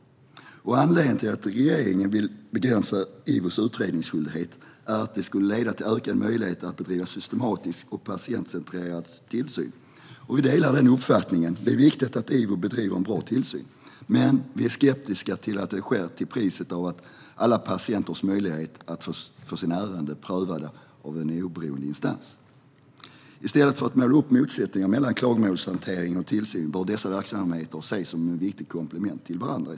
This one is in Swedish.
Anledningen till att regeringen vill begränsa IVO:s utredningsskyldighet är att det skulle leda till ökade möjligheter att bedriva en systematisk och patientcentrerad tillsyn. Vi delar den uppfattningen. Det är viktigt att IVO bedriver en bra tillsyn, men vi är skeptiska till att det sker på bekostnad av alla patienters möjlighet att få sina ärenden prövade av en oberoende instans. I stället för att måla upp motsättningar mellan klagomålshanteringen och tillsynen bör vi se dessa verksamheter som viktiga komplement till varandra.